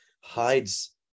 hides